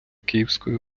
київської